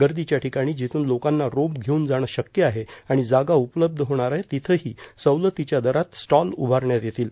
गर्दीच्या ठिकाणी जिथून लोकांना रोप घेऊन जाणे शक्य आहे आणि जागा उपलब्ध होणार आहे तिथे ही सवलतीच्या दरात रोपे उपक्रमांतर्गत स्टॉल उभारण्यात येतील